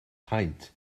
paent